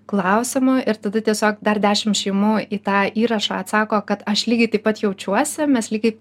klausimu ir tada tiesiog dar dešim šeimų į tą įrašą atsako kad aš lygiai taip pat jaučiuosi mes lygiai